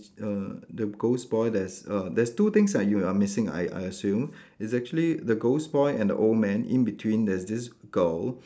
err the ghost boy that is err there is two thing that you are missing I I assume is actually the ghost boy and the old man in between there's this girl